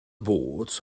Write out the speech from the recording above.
boards